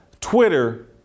Twitter